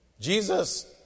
Jesus